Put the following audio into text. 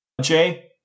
Jay